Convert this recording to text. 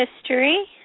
history